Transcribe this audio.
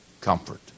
comfort